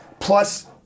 Plus